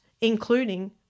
including